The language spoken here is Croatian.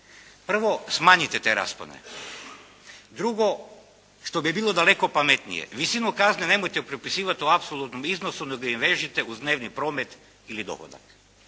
Prvo, smanjite te raspone. Drugo, što bi bilo daleko pametnije, visinu kazne nemojte propisivati u apsolutnom iznosu, nego im vežite uz dnevni promet ili dohodak.